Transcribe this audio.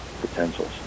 potentials